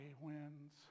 wins